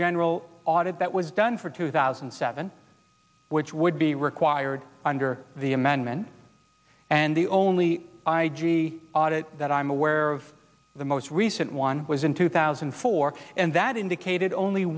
general audit that was done for two thousand and seven which would be required under the amendment and the only i g audit that i'm aware of the most recent one was in two thousand and four and that indicated only